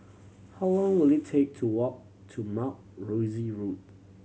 how long will it take to walk to Mount Rosie Road